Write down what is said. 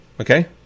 okay